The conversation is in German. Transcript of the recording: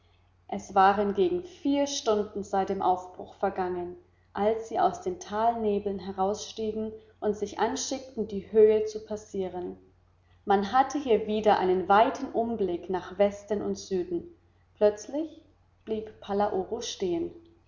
es waren gegen vier stunden seit dem aufbruch vergangen als sie aus den talnebeln herausstiegen und sich anschickten die höhe zu passieren man hatte hier wieder einen weiten umblick nach westen und süden plötzlich blieb palaoro stehen